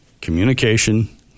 communication